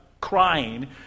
crying